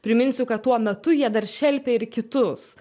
priminsiu kad tuo metu jie dar šelpė ir kitus